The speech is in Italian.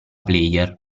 player